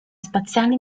spaziale